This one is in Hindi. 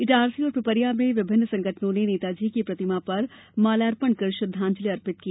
इटारसी और पिपरिया में विभिन्न संगठनों ने नेताजी की प्रतिमा पर माल्यार्पण कर श्रद्वांजलि अर्पित की